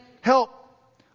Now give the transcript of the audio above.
help